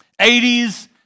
80s